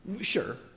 Sure